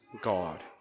God